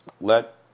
Let